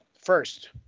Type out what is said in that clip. first